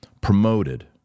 promoted